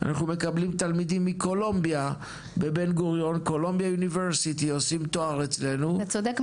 אני גם חבר מל"ג, ואם צריך סיוע בזה אני יותר